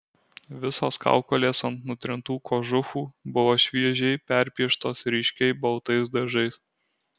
visos kaukolės ant nutrintų kožuchų buvo šviežiai perpieštos ryškiai baltais dažais